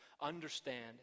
understand